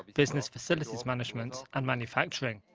business facilities management, and manufacturing.